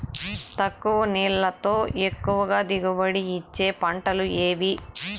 తక్కువ నీళ్లతో ఎక్కువగా దిగుబడి ఇచ్చే పంటలు ఏవి?